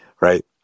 right